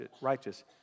righteous